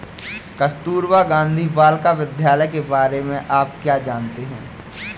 कस्तूरबा गांधी बालिका विद्यालय के बारे में आप क्या जानते हैं?